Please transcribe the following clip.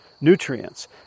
nutrients